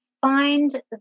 find